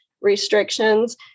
restrictions